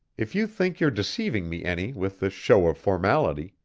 if you think you're deceiving me any with this show of formality,